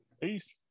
Peace